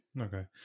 Okay